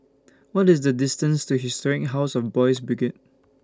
What IS The distance to Historic House of Boys' Brigade